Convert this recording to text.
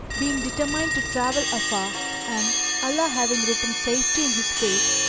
being determined to travel afar and allah having written safety in his fate,